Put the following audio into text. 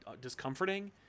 discomforting